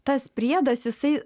tas priedas jisai